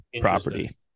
property